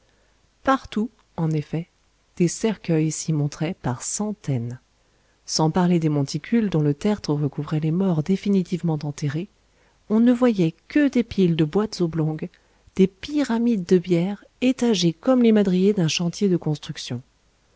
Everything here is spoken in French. partout en effet des cercueils s'y montraient par centaines sans parler des monticules dont le tertre recouvrait les morts définitivement enterrés on ne voyait que des piles de boîtes oblongues des pyramides de bières étagées comme les madriers d'un chantier de construction